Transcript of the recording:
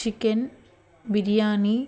chicken biryani